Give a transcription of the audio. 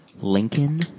Lincoln